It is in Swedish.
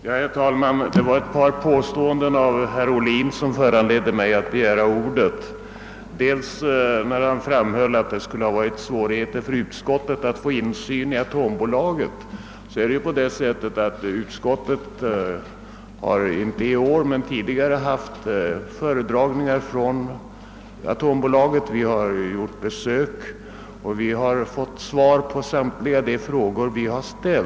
Herr talman! Det var ett par påståenden av herr Ohlin som föranledde mig att begära ordet. Herr Ohlin gjorde gällande att det skulle föreligga svårigheter för utskottet att få insyn i atombolaget. Jag vill då meddela att utskottet har — inte i år men tidigare — haft föredragningar av representanter för atombolaget. Vi har därvid fått svar på samtliga frågor som vi ställt.